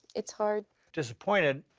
it's hard. disappointed